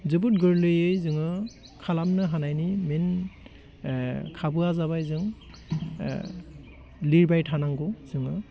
जोबोद गोरलैयै जोङो खालामनो हानायनि मेइन खाबुवा जाबाय जों लिरबाय थानांगौ जोङो